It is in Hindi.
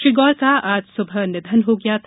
श्री गौर का आज सुबह निधन हो गया था